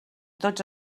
tots